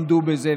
עמדו בזה,